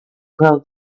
crow